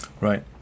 Right